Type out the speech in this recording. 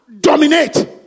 dominate